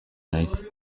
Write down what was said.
naiz